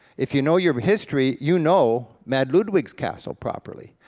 if you know your history, you know mad ludwig's castle properly.